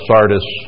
Sardis